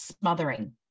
smothering